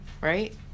right